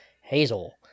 Hazel